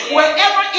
Wherever